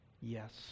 Yes